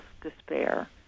despair